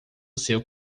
seu